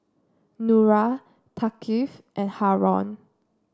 Nura Thaqif and Haron